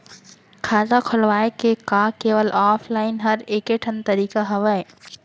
खाता खोलवाय के का केवल ऑफलाइन हर ऐकेठन तरीका हवय?